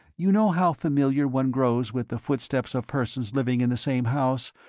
you know how familiar one grows with the footsteps of persons living in the same house?